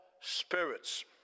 spirits